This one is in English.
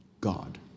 God